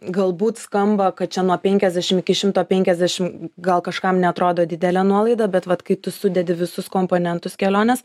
galbūt skamba kad čia nuo penkiasdešim iki šimto penkiasdešim gal kažkam neatrodo didelė nuolaida bet vat kai tu sudedi visus komponentus kelionės